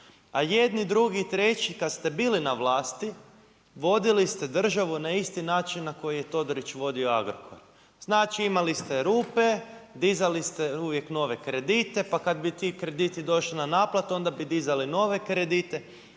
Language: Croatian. A jedni, drugi, treći kada ste bili na vlasti, vodili ste državu na isti način na koji je Todorić vodio Agrokor. Znači imali ste rupe, dizali ste uvijek nove kredite. Pa kada bi ti krediti došli na naplatu, onda bi dizali nove kredite